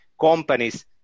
companies